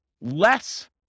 less